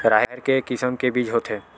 राहेर के किसम के बीज होथे?